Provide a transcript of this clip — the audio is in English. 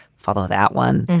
follow that one.